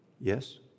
Yes